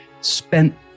spent